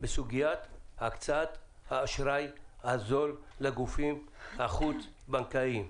בסוגיית הקצאת האשראי הזול לגופים החוץ בנקאיים.